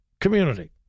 community